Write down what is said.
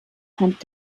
hand